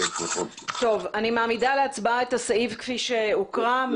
אני מעמידה להצבעה את הסעיף כפי שהוקרא.